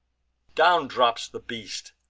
down drops the beast,